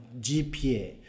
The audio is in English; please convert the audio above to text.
GPA